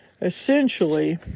essentially